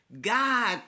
God